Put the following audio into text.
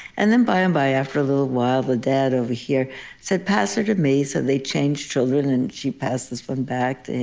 and then by and by after a little while, the dad over here said, pass her to me. so they changed children. she passed this one back to